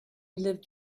lived